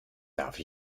darf